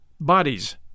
bodies